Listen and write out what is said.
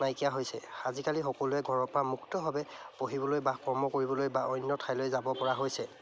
নাইকিয়া হৈছে আজিকালি সকলোৱে ঘৰৰ পৰা মুক্তভাৱে পঢ়িবলৈ বা কৰ্ম কৰিবলৈ বা অন্য ঠাইলৈ যাব পৰা হৈছে